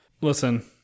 listen